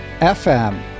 FM